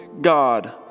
God